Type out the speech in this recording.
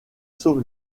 sauve